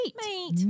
mate